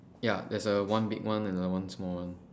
ya there's a one big one and a one small one